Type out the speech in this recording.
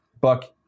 Buck